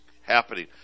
happening